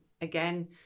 again